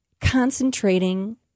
concentrating